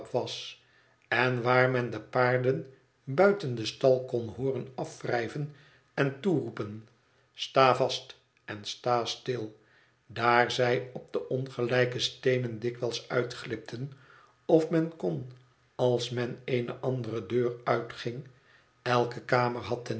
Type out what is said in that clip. en waar men de paarden buiten den stal kon hooren afwrijven en toeroepen sta vast en sta stil daar zij op de ongelijke steenen dikwijls uitglipten of men kon als men eene andere deur uitging elke kamer